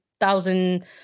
thousand